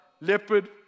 leopard